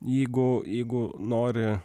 jeigu jeigu nori